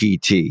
pt